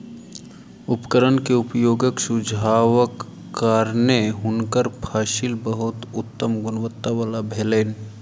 उपकरण के उपयोगक सुझावक कारणेँ हुनकर फसिल बहुत उत्तम गुणवत्ता वला भेलैन